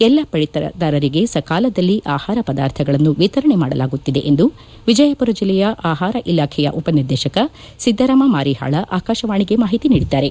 ಎಲ್ಲ ಪಡಿತರದಾರರಿಗೆ ಸಕಾಲದಲ್ಲಿ ಆಹಾರ ಪದಾರ್ಥಗಳನ್ನು ವಿತರಣೆ ಮಾಡಲಾಗುತ್ತಿದೆ ಎಂದು ವಿಜಯಪುರ ಜಿಲ್ಲೆಯ ಆಹಾರ ಇಲಾಖೆಯ ಉಪನಿರ್ದೇಶಕ ಸಿದ್ದರಾಮ ಮಾರೀಹಾಳ ಆಕಾಶವಾಣಿಗೆ ಮಾಹಿತಿ ನೀಡಿದ್ದಾರೆ